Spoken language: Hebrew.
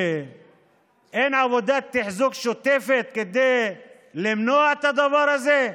ואין עבודת תחזוקה שוטפת כדי למנוע את הדבר הזה?